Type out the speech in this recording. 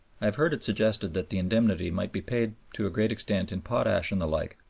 i have heard it suggested that the indemnity might be paid to a great extent in potash and the like.